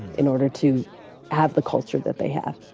in order to have the culture that they have.